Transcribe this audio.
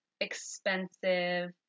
expensive